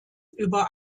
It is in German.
über